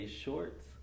shorts